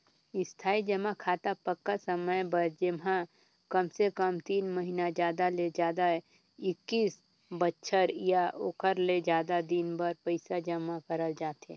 इस्थाई जमा खाता पक्का समय बर जेम्हा कमसे कम तीन महिना जादा ले जादा एक्कीस बछर या ओखर ले जादा दिन बर पइसा जमा करल जाथे